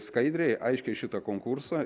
skaidriai aiškiai šitą konkursą